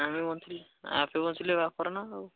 ଆମେ ବଞ୍ଚିଲେ ଆପେ ବଞ୍ଚିଲେ ବାପର ନାଁ ଆଉ